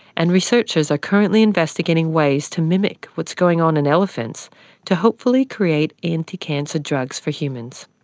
and researchers are currently investigating ways to mimic what's going on in elephants to hopefully create anti-cancer drugs for humans.